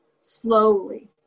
slowly